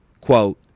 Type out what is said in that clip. Quote